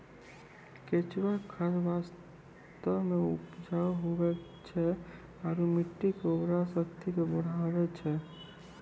केंचुआ खाद वास्तव मे उपजाऊ हुवै छै आरू मट्टी के उर्वरा शक्ति के बढ़बै छै